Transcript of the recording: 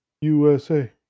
USA